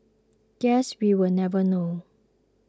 guess we will never know